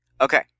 Okay